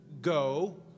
Go